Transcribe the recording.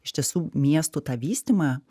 iš tiesų miestų tą vystymą